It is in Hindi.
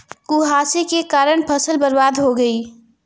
कुहासे के कारण फसल बर्बाद हो गयी